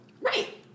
right